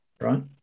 right